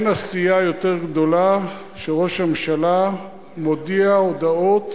אין עשייה יותר גדולה מכך שראש הממשלה מודיע הודעות